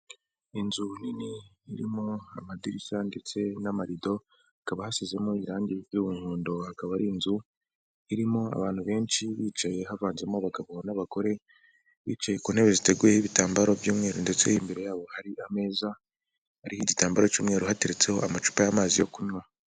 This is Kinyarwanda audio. Inzu nini irimo amadirishya ndetse n'amarido, hakaba hasizemo irangi ry'umuhondo, akaba ari inzu irimo abantu benshi bicaye, havanzemo abagabo n'abagore, bicaye ku ntebe ziteguyeho ibitambaro by'umweru, ndetse imbere yabo hari ameza, hariho igitambaro cy'umweru, hateretseho amacupa y'amazi yo kunywa.